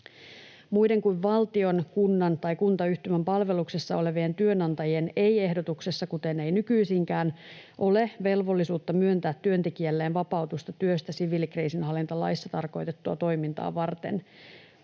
Muiden kuin valtion, kunnan tai kuntayhtymän palveluksessa olevien työnantajilla ei ehdotuksessa, kuten ei nykyisinkään, ole velvollisuutta myöntää työntekijälleen vapautusta työstä siviilikriisinhallintalaissa tarkoitettua toimintaa varten.